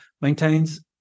maintains